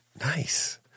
Nice